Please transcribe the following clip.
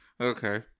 Okay